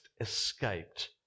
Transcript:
escaped